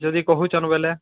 ଯଦି କହୁଛନ୍ ବେଲେ